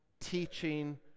teaching